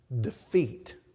defeat